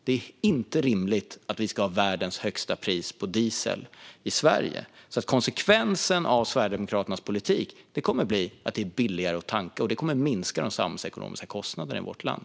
Det är inte rimligt att vi ska ha världens högsta pris på diesel i Sverige. Konsekvensen av Sverigedemokraternas politik kommer att vara att det blir billigare att tanka, och det kommer att minska de samhällsekonomiska kostnaderna i vårt land.